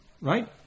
Right